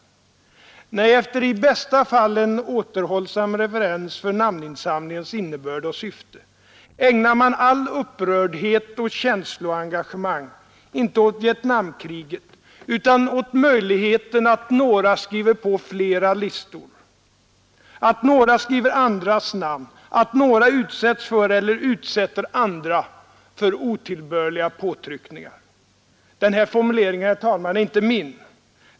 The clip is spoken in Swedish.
Nej, ”efter i bästa fall en återhållsam reverens för namninsamlingens innebörd och syfte ägnar man all upprördhet och allt känsloengagemang inte åt Vietnamkriget utan åt möjligheten att några skriver på flera listor, att några skriver andras namn, att några utsätts för eller utsätter andra för otillbörliga påtryckningar”. Den här formuleringen, herr talman, är inte min.